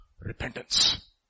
repentance